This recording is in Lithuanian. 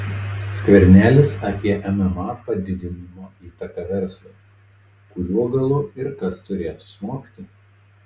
skvernelis apie mma padidinimo įtaką verslui kuriuo galu ir kas turėtų smogti